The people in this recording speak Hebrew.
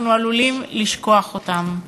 אנחנו עלולים לשכוח אותן.